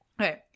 Okay